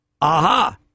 aha